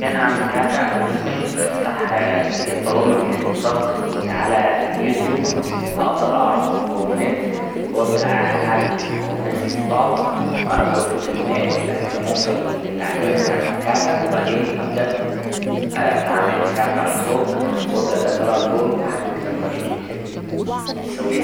عشان أعمل كعكة أنا ممكن أفتح برامج الطبخ اللي على اليوتيوب أقدر أعرف المكونات وأبدأ أ ـ أعجن المكونات دي في بعض مع إضافة الماء لحد ما أوصل للعجينة بتاع الكعكة وبعدين أبدأ أ ـ أعمل الكعكة على صاج وأبدأ أدخلها الفرن لحد ما يتم سويها.